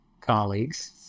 colleagues